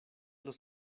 los